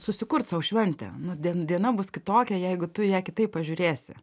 susikurt sau šventę nu dien diena bus kitokia jeigu tu į ją kitaip pažiūrėsi